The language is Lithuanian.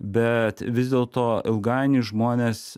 bet vis dėlto ilgainiui žmonės